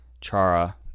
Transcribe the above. Chara